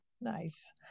Nice